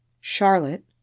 Charlotte